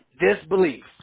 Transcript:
disbelief